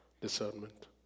discernment